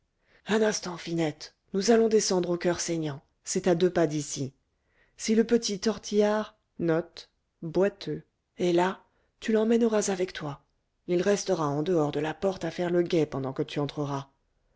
un instant finette nous allons descendre au coeur saignant c'est à deux pas d'ici si le petit tortillard est là tu l'emmèneras avec toi il restera en dehors de la porte à faire le guet pendant que tu entreras